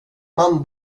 man